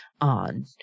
on